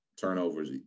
Turnovers